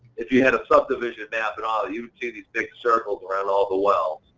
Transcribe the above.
if you had a subdivision map and all, you would see these big circles around all the wells,